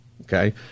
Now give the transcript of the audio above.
okay